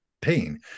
pain